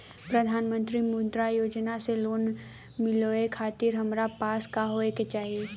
प्रधानमंत्री मुद्रा योजना से लोन मिलोए खातिर हमरा पास का होए के चाही?